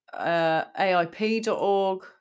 AIP.org